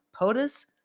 POTUS